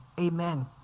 Amen